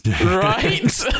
Right